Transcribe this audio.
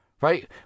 right